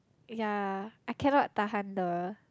yea I cannot tahan the